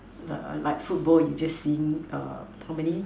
err like football you just seeing err how many